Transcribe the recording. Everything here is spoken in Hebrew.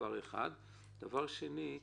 דבר שני,